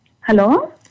Hello